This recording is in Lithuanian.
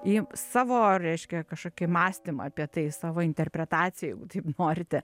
į savo reiškia kažkokį mąstymą apie tai savo interpretaciją jeigu taip norite